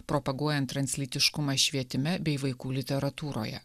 propaguojant translytiškumą švietime bei vaikų literatūroje